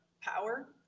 power